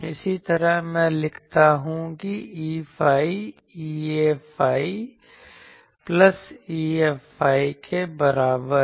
इसी तरह मैं लिखता हूं की Eϕ ϕ प्लस ϕ के बराबर है